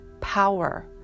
power